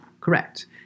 Correct